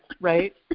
right